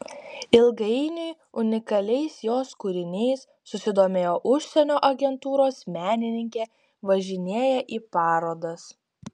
ilgainiui unikaliais jos kūriniais susidomėjo užsienio agentūros menininkė važinėja į parodas